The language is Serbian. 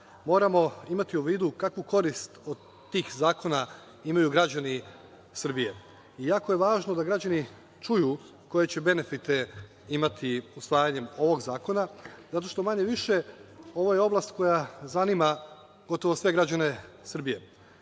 moramo imati u vidu kakvu korist od tih zakona imaju građani Srbije. Jako je važno da građani čuju koje će benefite imati usvajanjem ovog zakona, zato što manje-više ovo je oblast koja zanima gotovo sve građane Srbije.